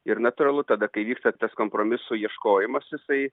ir natūralu tada kai vyksta tas kompromisų ieškojimas jisai